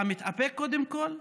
אתה מתאפק קודם כול,